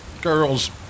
Girls